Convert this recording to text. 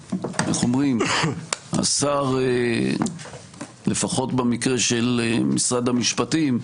השר לפחות במקרה של שר המשפטים,